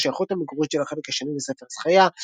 לשייכות המקורית של החלק השני לספר זכריה,